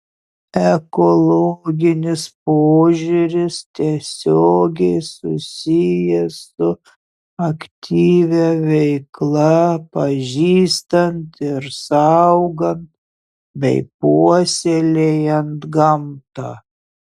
ekologinis požiūris tiesiogiai susijęs su aktyvia veikla pažįstant ir saugant bei puoselėjant gamtą